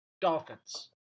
Dolphins